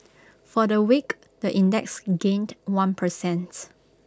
for the week the index gained one per cent